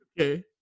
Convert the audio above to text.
okay